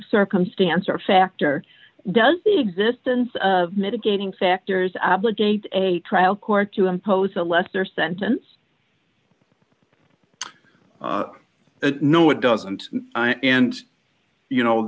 circumstance or factor does the existence of mitigating factors obligate a trial court to impose a lesser sentence no it doesn't and you know